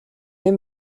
энэ